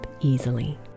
easily